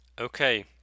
Okay